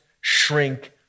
shrink